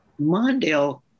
Mondale